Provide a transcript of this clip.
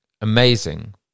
Amazing